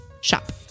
shop